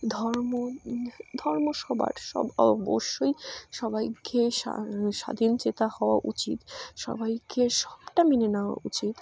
ধর্ম ধর্ম সবার সব অবশ্যই সবাইকে স্বা স্বাধীনচেতা হওয়া উচিত সবাইকে সবটা মেনে নেওয়া উচিত